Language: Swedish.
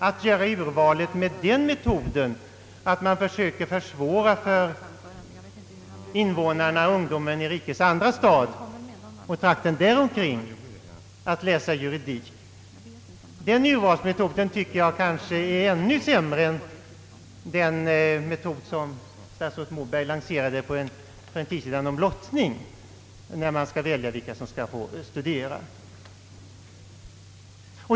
Att göra urvalet med den metoden att man försöker försvåra för ungdomarna i rikets andra stad och trakten däromkring att läsa juridik är dock ännu sämre än den metod som statsrådet Moberg lanserade för en tid sedan då han föreslog lottning när det gäller att välja ut vilka som skall få studera.